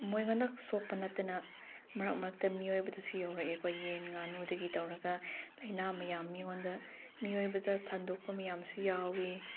ꯃꯣꯏꯉꯣꯟꯈꯛ ꯁꯣꯛꯄ ꯅꯠꯇꯅ ꯃꯔꯛ ꯃꯔꯛꯇ ꯃꯤꯑꯣꯏꯕꯗꯁꯨ ꯌꯧꯔꯛꯑꯦꯀꯣ ꯌꯦꯟ ꯉꯥꯅꯨꯗꯒꯤ ꯇꯧꯔꯒ ꯂꯥꯏꯅꯥ ꯃꯌꯥꯝ ꯃꯤꯉꯣꯟꯗ ꯃꯤꯑꯣꯏꯕꯗ ꯁꯟꯗꯣꯛꯄ ꯃꯌꯥꯝꯁꯨ ꯌꯥꯎꯏ